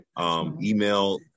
email